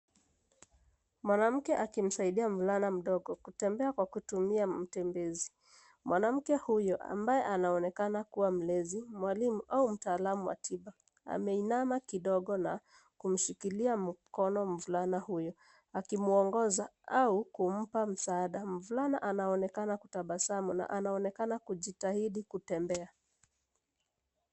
Mwanamke akimsaidia mvulana mdogo kutembea kwa kutumia matembezi. Mwanamke huyo ambaye anaonekana kuwa mlezi, mwalimu au mtaalamu wa tiba, ameinama kidogo na kushikilia mkono mvulana huyo akimwongoza au kumpa msaada. Mvulana anaonekana kutabasamu na anaonekana kujitahidi kutembea.